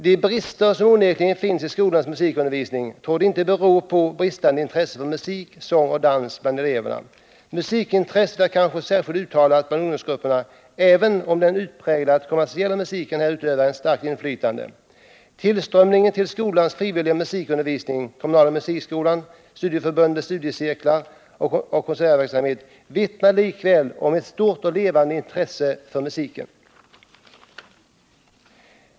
De brister som onekligen finns i skolans musikundervisning torde inte bero på bristande intresse bland eleverna för musik, sång och dans. Musikintresset är kanske särskilt uttalat bland ungdomsgrupperna, även om den utpräglat kommersiella musiken här utövar ett starkt inflytande. Tillströmningen till skolans frivilliga musikundervisning, kommunala musikskolan, studieförbundens studiecirklar och konsertverksamheten vittnar likväl om ett stort och levande intresse hos dem för musiken.